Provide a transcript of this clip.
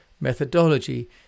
methodology